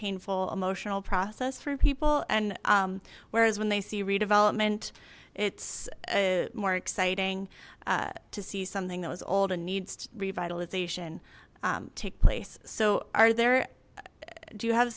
painful emotional process for people and whereas when they see redevelopment it's more exciting to see something that was old and needs revitalization take place so are there do you have a